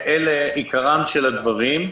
עיקר הדברים.